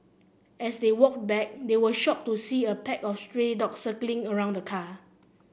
as they walked back they were shocked to see a pack of stray dogs circling around the car